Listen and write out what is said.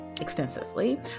extensively